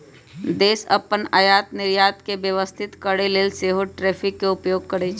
देश अप्पन आयात निर्यात के व्यवस्थित करके लेल सेहो टैरिफ के उपयोग करइ छइ